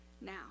now